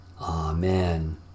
Amen